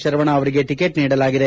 ಶರವಣ ಅವರಿಗೆ ಟಿಕೆಟ್ ನೀಡಲಾಗಿದೆ